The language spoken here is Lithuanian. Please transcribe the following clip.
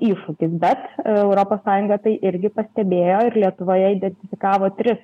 iššūkis bet europos sąjunga tai irgi pastebėjo ir lietuvoje identifikavo tris